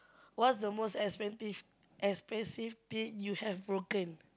what's the most expensive expensive thing you have broken